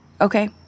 Okay